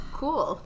cool